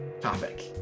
topic